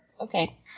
Okay